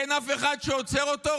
אין אף אחד שעוצר אותו,